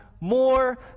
more